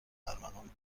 ارمغان